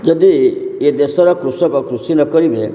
ଯଦି ଏ ଦେଶର କୃଷକ କୃଷି ନ କରିବେ